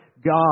God